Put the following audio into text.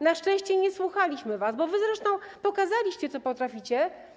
Na szczęście nie słuchaliśmy was, bo wy zresztą pokazaliście, co potraficie.